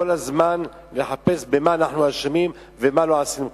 כל הזמן לחפש במה אנחנו אשמים ומה לא עשינו כשורה.